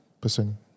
person